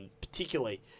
particularly